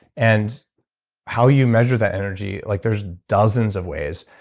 and how you measure that energy, like there's dozens of ways.